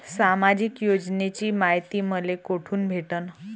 सामाजिक योजनेची मायती मले कोठून भेटनं?